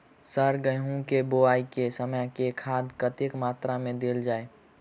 Sir गेंहूँ केँ बोवाई केँ समय केँ खाद कतेक मात्रा मे देल जाएँ?